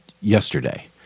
yesterday